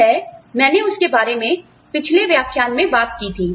जो है मैंने उसके बारे में पिछले व्याख्यान में बात की थी